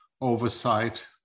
oversight